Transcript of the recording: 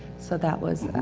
so that was.